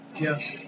Yes